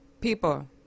people